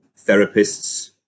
therapists